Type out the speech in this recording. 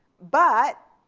but